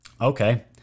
Okay